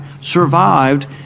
survived